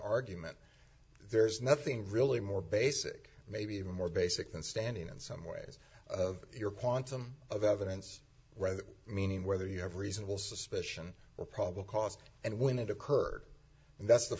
argument there's nothing really more basic maybe even more basic than standing in some ways of your quantum of evidence whether meaning whether you have reasonable suspicion or probably cost and when it occurred and that's the